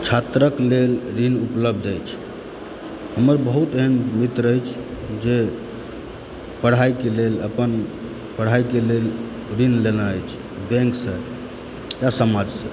छात्रक लेल ऋण उपलब्ध अछि हमर बहुत एहन मित्र अछि जे पढ़ाईके लेल अपन पढ़ाईके लेल ऋण लेनय अछि बैंकसँ या समाजसँ